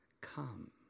Come